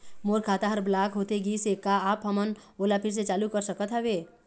मोर खाता हर ब्लॉक होथे गिस हे, का आप हमन ओला फिर से चालू कर सकत हावे?